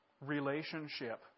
relationship